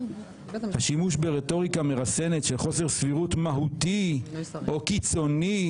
השימוש ברטוריקה מרסנת של חוסר סבירות מהותי או קיצוני